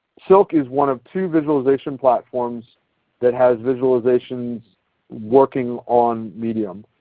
silk is one of two visualization platforms that has visualizations working on medium.